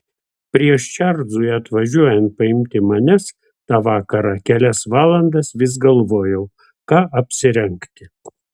prieš čarlzui atvažiuojant paimti manęs tą vakarą kelias valandas vis galvojau ką apsirengti